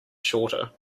shorter